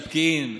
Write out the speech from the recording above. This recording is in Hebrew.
בפקיעין,